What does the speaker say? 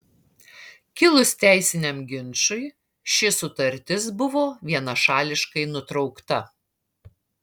kilus teisiniam ginčui ši sutartis buvo vienašališkai nutraukta